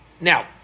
Now